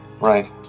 Right